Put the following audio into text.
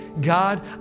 God